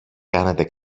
κάνετε